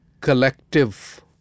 collective